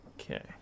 Okay